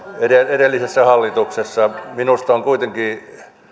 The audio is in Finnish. edellisessä hallituksessa minusta on kuitenkin